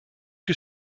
que